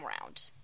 round